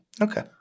Okay